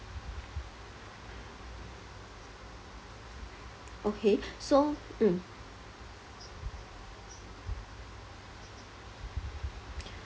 okay so mm